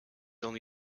only